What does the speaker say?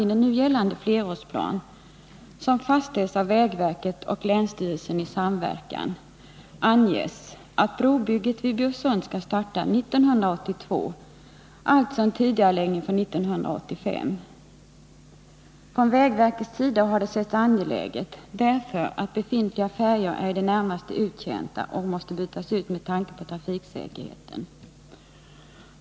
I den nu gällande flerårsplanen — som fastställts av vägverket och länsstyrelsen i samverkan — anges att brobygget vid Bjursund skall starta 1982, alltså en tidigareläggning i förhållande till 1985. Från vägverkets sida har detta ansetts angeläget därför att befintliga färjor är i det närmaste uttjänta och måste bytas ut med tanke på trafiksäkerheten.